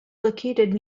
located